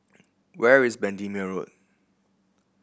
where is Bendemeer Road